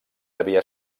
devia